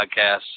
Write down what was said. podcasts